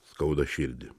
skauda širdį